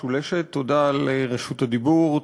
תודה משולשת: תודה על רשות הדיבור,